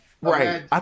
right